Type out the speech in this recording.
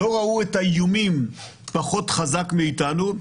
לא ראו את האיומים פחות חזק מאיתנו,